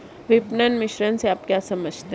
विपणन मिश्रण से आप क्या समझते हैं?